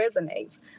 resonates